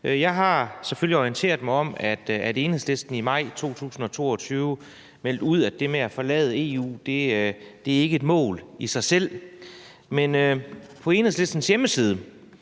orienteret mig om, at Enhedslisten i maj 2022 meldte ud, at det med at forlade EU ikke er et mål i sig selv. Men på Enhedslistens hjemmeside